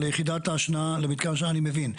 ליחידת ההשנעה, למתקן השנעה אני מבין.